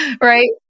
right